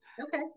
okay